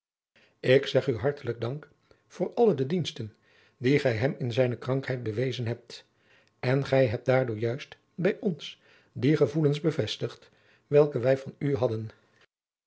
ik zeg u hartelijk dank voor alle de diensten die gij hem in zijne krankheid bewezen hebt en gij hebt daardoor juist bij ons die gevoelens bevestigd welke wij van u hadden